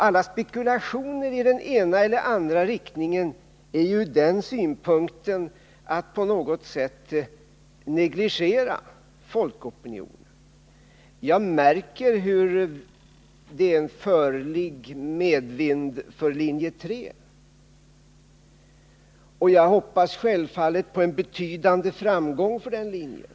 Allt spekulerande i den ena eller den andra riktningen är ur den synpunkten på något sätt detsamma som att negligera folkopinionen. Jag märker att linje 3 har en förlig vind, och jag hoppas självfallet på en betydande framgång för den linjen.